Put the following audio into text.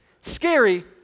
Scary